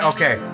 Okay